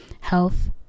health